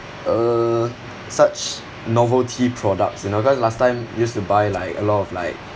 uh such novelty products you know because last time used to buy like a lot of like